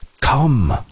Come